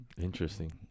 interesting